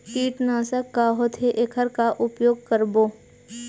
कीटनाशक का होथे एखर का उपयोग करबो?